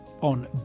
on